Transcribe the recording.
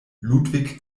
ludwig